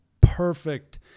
perfect